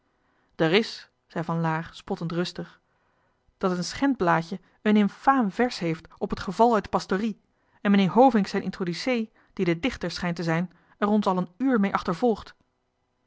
d'er is zei van laer spottend rustig dat en schendblaadje een infaam vers heeft op het geval uit de pastorie en meneer hovink zijn introducee die de dichter ervan schijnt te zijn er ons al een uur mee achtervolgt